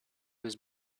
was